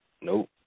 Nope